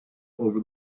over